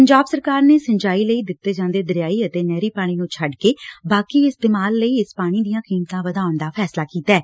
ਪੰਜਾਬ ਸਰਕਾਰ ਨੇ ਸਿੰਜਾਈ ਲਈ ਦਿੱਤੇ ਜਾਂਦੇ ਦਰਿਆਈ ਅਤੇ ਨਹਿਰੀ ਪਾਣੀ ਨੂੰ ਛੱਡਕੇ ਬਾਕੀ ਇਸਤੇਮਾਲ ਲਈ ਇਸ ਪਾਣੀ ਦੀਆਂ ਕੀਮਤਾਂ ਵਧਾਉਣ ਦਾ ਫੈਸਲਾ ਕੀਤੈ